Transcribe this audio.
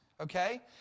Okay